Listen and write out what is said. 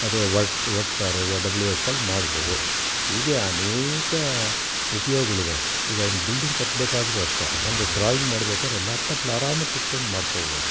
ಅಥ್ವಾ words to words W S L ಮಾಡ್ಬೋದು ಹೀಗೆ ಅನೇಕ ಉಪ್ಯೋಗಗಳಿದೆ ಈಗ ಒಂದು ಬಿಲ್ಡಿಂಗ್ ಕಟ್ಟಬೇಕಾದ್ರು ಅಷ್ಟೆ ಒಂದು ಡ್ರಾಯಿಂಗ್ ಮಾಡ್ಬೇಕಾದ್ರೆ ಲ್ಯಾಪ್ ಟಾಪಲ್ಲಿ ಆರಾಮಾಗಿ ಕೂತ್ಕೊಂಡು ಮಾಡ್ಕೊಬೋದು